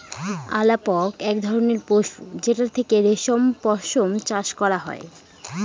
আলাপক এক ধরনের পশু যেটার থেকে রেশম পশম চাষ করা হয়